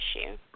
issue